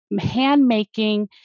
handmaking